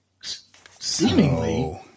seemingly